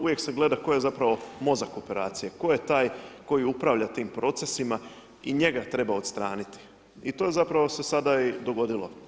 Uvijek se gleda tko je zapravo mozak operacije, tko je taj koji upravlja tim procesima i njega treba odstraniti i to se zapravo sada i dogodilo.